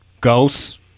Ghosts